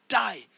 die